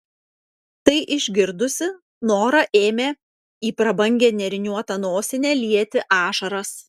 tai išgirdusi nora ėmė į prabangią nėriniuotą nosinę lieti ašaras